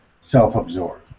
self-absorbed